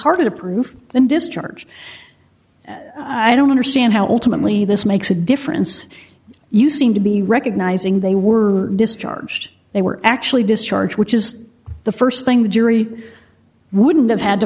harder to prove than discharge i don't understand how ultimately this makes a difference you seem to be recognizing they were discharged they were actually discharge which is the st thing the jury wouldn't have had to